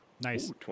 Nice